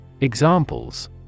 Examples